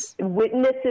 witnesses